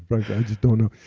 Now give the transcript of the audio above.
like i just don't know.